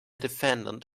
defendant